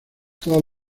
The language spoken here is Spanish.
todas